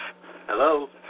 Hello